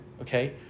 okay